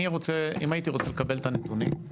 אם הייתי רוצה לקבל את הנתונים,